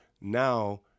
now